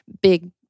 big